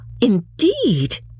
Indeed